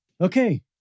Okay